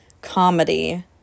comedy